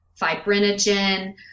fibrinogen